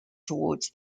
towards